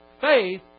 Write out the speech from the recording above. faith